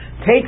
take